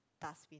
dust bin